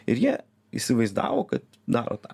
ir jie įsivaizdavo kad daro tą